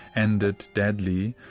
ended deadly.